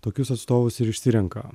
tokius atstovus ir išsirenka